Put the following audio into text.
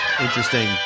interesting